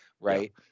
right